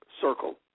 circle